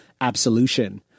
absolution